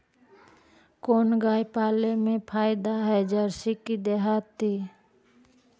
कोन गाय पाले मे फायदा है जरसी कि देहाती?